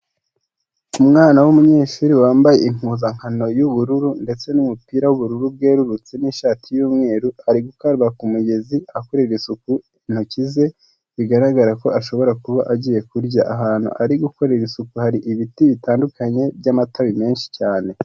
Umwana w'umunyeshuri wambaye impuzankano yubururu ndetse' numupira w'ubururu bwerurutse n'ishati yumweru ari guka mugezi akorera isuku intoki ze bigaragara ko ashobora kuba agiye kurya ahantu arikorera isuku hari ibiti bitandukanye byamata menshi cyane.